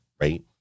right